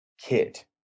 kid